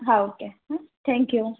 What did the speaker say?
હા ઓકે હા થેંક્યું